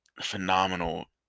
phenomenal